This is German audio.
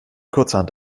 kurzerhand